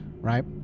right